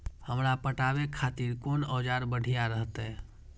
हमरा पटावे खातिर कोन औजार बढ़िया रहते?